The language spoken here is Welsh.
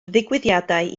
ddigwyddiadau